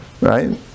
right